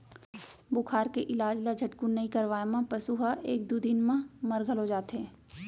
बुखार के इलाज ल झटकुन नइ करवाए म पसु ह एक दू दिन म मर घलौ जाथे